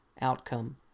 outcome